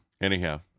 Anyhow